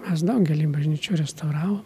mes daugelį bažnyčių restauravom